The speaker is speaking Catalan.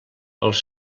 els